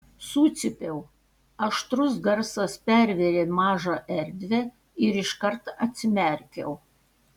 sucypiau aštrus garsas pervėrė mažą erdvę ir iškart atsimerkiau